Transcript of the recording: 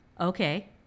Okay